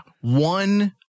One